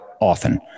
often